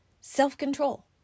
self-control